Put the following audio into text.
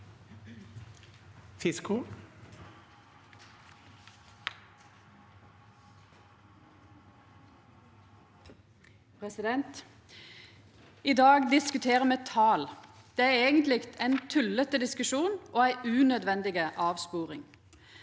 I dag diskuterer me tal. Det er eigentleg ein tullete diskusjon og ei unødvendig avsporing.